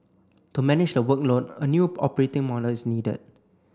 to manage the workload a new operating model is needed